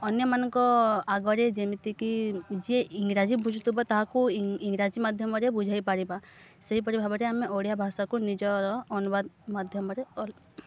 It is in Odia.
ଅନ୍ୟମାନଙ୍କ ଆଗରେ ଯେମିତିକି ଯିଏ ଇଂରାଜୀ ବୁଝୁଥିବ ତାହାକୁ ଇଂରାଜୀ ମାଧ୍ୟମରେ ବୁଝେଇ ପାରିବା ସେହିପରି ଭାବରେ ଆମେ ଓଡ଼ିଆ ଭାଷାକୁ ନିଜର ଅନୁବାଦ ମାଧ୍ୟମରେ କରୁ